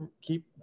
keep